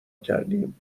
کردیم